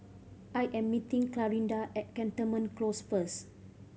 I am meeting Clarinda at Cantonment Close first